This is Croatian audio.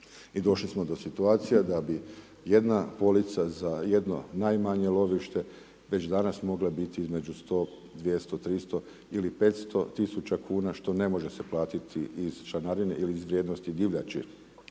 I došli smo do situacije da bi jedna polica za jedno najmanje lovište već danas mogla biti između 100, 200, 300 ili 500 000 kuna što ne može se platiti iz članarine ili iz vrijednosti divljači